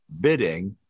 bidding